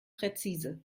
präzise